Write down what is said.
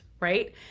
Right